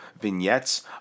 vignettes